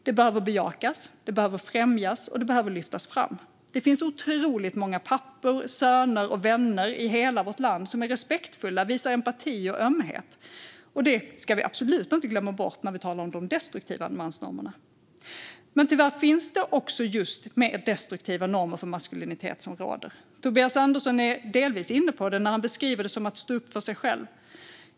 De behöver bejakas, de behöver främjas och de behöver lyftas fram. Det finns otroligt många pappor, söner och vänner i hela vårt land som är respektfulla och visar empati och ömhet, och det ska vi absolut inte glömma bort när vi talar om de destruktiva mansnormerna. Men tyvärr finns också just de destruktiva normer för maskulinitet som råder. Tobias Andersson är delvis inne på det när han beskriver det som att stå upp för sig själv.